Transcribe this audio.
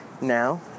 now